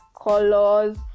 colors